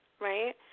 right